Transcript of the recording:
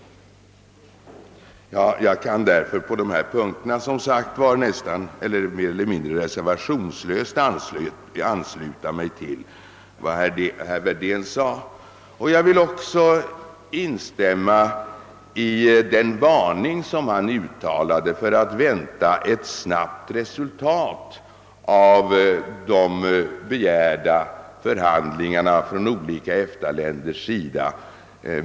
På dessa punkter kan jag mer eller mindre reservationslöst ansluta mig till vad herr Wedén sade. Jag vill också instämma i den varning han uttalade för att vänta ett snabbt resultat av de begärda förhandlingarna med EEC från olika EFTA-länders sida.